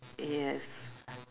yes